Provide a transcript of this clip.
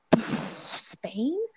Spain